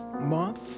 month